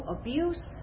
abuse